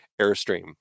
airstream